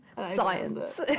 Science